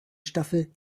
staffel